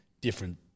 different